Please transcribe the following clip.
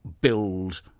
build